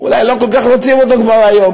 שאולי הם לא כל כך רוצים אותו כבר היום.